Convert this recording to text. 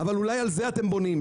אבל אולי על זה אתם בונים,